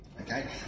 Okay